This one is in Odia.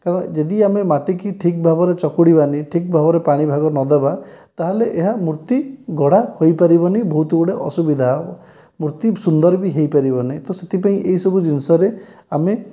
କାରଣ ଯଦି ଆମେ ମାଟିକୁ ଠିକ ଭାବରେ ଚକୁଡ଼ିବା ନାହିଁ ଠିକ ଭାବରେ ପାଣି ଭାଗ ନ ଦେବା ତାହାଲେ ଏହା ମୂର୍ତ୍ତି ଗଢ଼ା ହୋଇପାରିବନି ବହୁତ ଗୁଡ଼େ ଅସୁବିଧା ହେବ ମୂର୍ତ୍ତି ସୁନ୍ଦର ବି ହେଇପାରିବନି ତ ସେଥିପାଇଁ ଏହି ସବୁ ଜିନିଷରେ ଆମେ